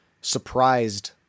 surprised